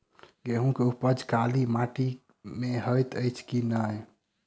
गेंहूँ केँ उपज काली माटि मे हएत अछि की नै?